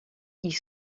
ils